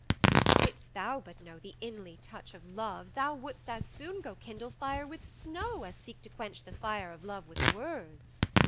didst thou but know the inly touch of love. thou wouldst as soon go kindle fire with snow as seek to quench the fire of love with words.